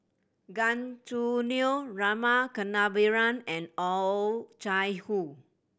Gan Choo Neo Rama Kannabiran and Oh Chai Hoo